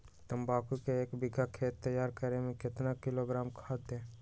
तम्बाकू के एक बीघा खेत तैयार करें मे कितना किलोग्राम खाद दे?